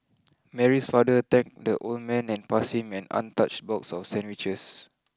Mary's father thanked the old man and passed him an untouched box of sandwiches